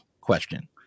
question